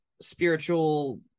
spiritual